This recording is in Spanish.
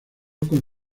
con